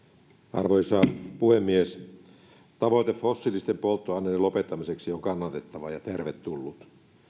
arvoisa puhemies tavoite fossiilisten polttoaineiden lopettamiseksi on kannatettava ja tervetullut